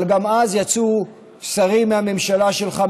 אבל גם אז יצאו שרים מהממשלה שלך,